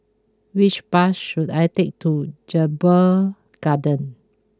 which bus should I take to Jedburgh Garden